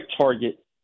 target